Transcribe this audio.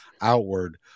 outward